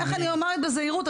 אני אומר בזהירות,